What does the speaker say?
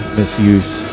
misuse